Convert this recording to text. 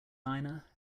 niner